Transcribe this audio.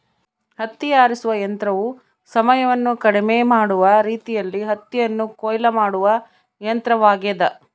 ಹತ್ತಿ ಆರಿಸುವ ಯಂತ್ರವು ಸಮಯವನ್ನು ಕಡಿಮೆ ಮಾಡುವ ರೀತಿಯಲ್ಲಿ ಹತ್ತಿಯನ್ನು ಕೊಯ್ಲು ಮಾಡುವ ಯಂತ್ರವಾಗ್ಯದ